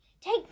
take